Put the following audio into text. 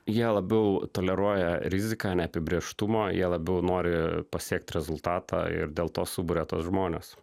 jie labiau toleruoja riziką neapibrėžtumą jie labiau nori pasiekti rezultatą ir dėl to suburia tuos žmones